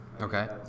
Okay